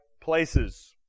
places